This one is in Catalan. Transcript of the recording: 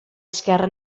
esquerra